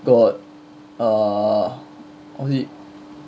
got err was it